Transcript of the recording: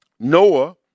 Noah